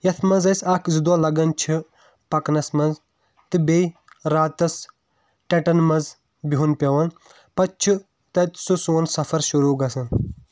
یَتھ منٛز اسۍ اکھ زٕ دۄہ لَگان چھِ پَکنَس منٛز تہٕ بیٚیہِ راتَس ٹیٚنٛٹن منٛز بیٚہُن پیٚوان پَتہٕ چھُ تَتہِ سُہ سون سَفر شروع گژھان